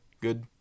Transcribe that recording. Good